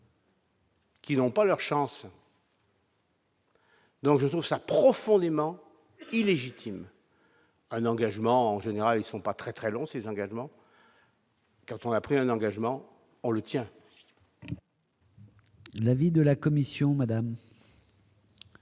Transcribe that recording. Qui n'ont pas leur chance. Donc je trouve ça profondément illégitime. Un engagement en général ne sont pas très, très long, ses engagements. Quand on a pris un engagement, on le tient. L'avis de la commission Madame.